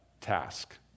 task